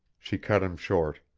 she cut him short.